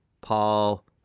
Paul